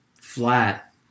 flat